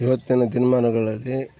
ಇವತ್ತಿನ ದಿನಮಾನಗಳಲ್ಲಿ